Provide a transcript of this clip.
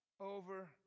over